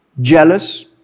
jealous